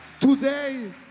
today